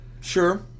Sure